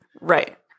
Right